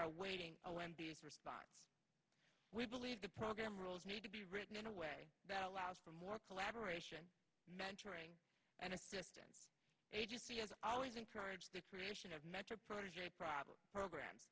are awaiting a wendy's response we believe the program rules need to be written in a way that allows for more collaboration mentoring and assisting agency has always encouraged the permission of mentor protegee problem program